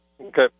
Okay